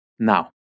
Now